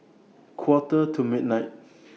Quarter to midnight